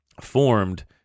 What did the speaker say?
formed